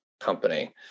company